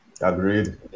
Agreed